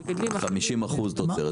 50% תוצרת של עצמם.